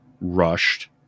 rushed